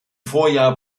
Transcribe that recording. vorjahr